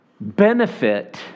benefit